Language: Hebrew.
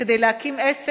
כדי להקים עסק,